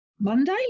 Monday